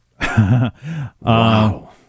Wow